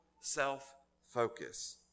self-focus